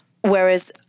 Whereas